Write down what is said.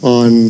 on